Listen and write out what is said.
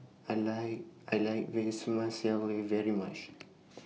I like I like Vermicelli very much